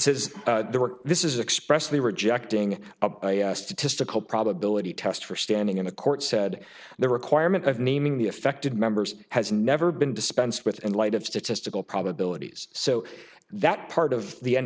were this is expressly rejecting a statistical probability test for standing in a court said the requirement of naming the affected members has never been dispensed with in light of statistical probabilities so that part of the n